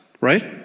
right